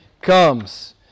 comes